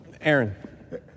Aaron